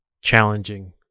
challenging